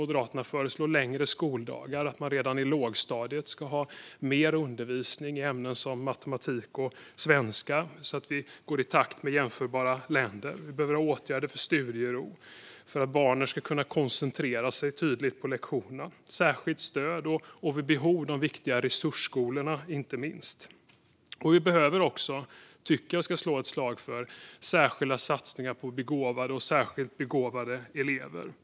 Moderaterna föreslår längre skoldagar och att man redan i lågstadiet ska ha mer undervisning i ämnen som matematik och svenska så att vi går i takt med jämförbara länder. Vi behöver ha åtgärder för studiero för att barnen ska kunna koncentrera sig tydligt på lektionerna. Vi behöver ha särskilt stöd och vid behov inte minst de viktiga resursskolorna. Jag tycker också att vi behöver slå ett slag för särskilda satsningar på begåvade och särskilt begåvade elever.